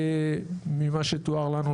ממה שתואר לנו,